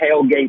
tailgate